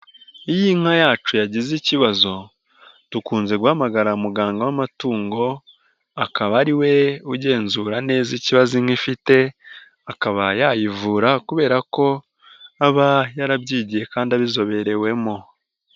Iyi inka yacu yagize ikibazo, dukunze guhamagara muganga w'amatungo, akaba ari we ugenzura neza ikibazo inka ifite, akaba yayivura kubera ko, aba yarabyigiye kandi abizoberewemo.